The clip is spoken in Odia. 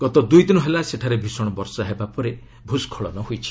ଗତ ଦୁଇ ଦିନ ହେଲା ସେଠାରେ ଭୀଷଣ ବର୍ଷା ହେବା ପରେ ଭୂସ୍କଳନ ହୋଇଛି